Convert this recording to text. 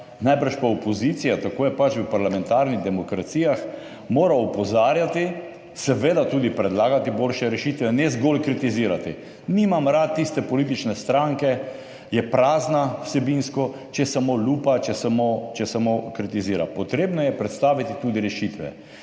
najbrž pa opozicija, tako je pač v parlamentarnih demokracijah, mora opozarjati, seveda tudi predlagati boljše rešitve, ne zgolj kritizirati. Nimam rad tiste politične stranke, ki je vsebinsko prazna, če je samo lupa, če samo kritizira. Treba je predstaviti tudi rešitve.